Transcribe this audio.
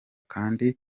kandi